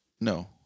No